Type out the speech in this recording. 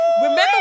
remember